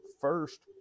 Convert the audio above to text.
first